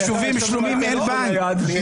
יישובים שלמים בהם אין בנק?